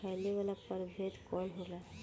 फैले वाला प्रभेद कौन होला?